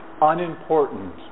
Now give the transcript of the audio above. unimportant